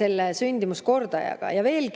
sellel sündimuskordajaga. Ja veel